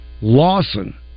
Lawson